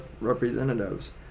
representatives